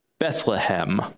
Bethlehem